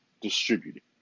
distributed